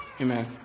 Amen